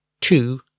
two